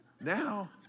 Now